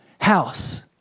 house